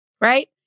Right